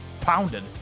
pounded